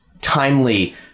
timely